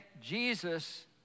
Jesus